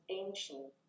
ancient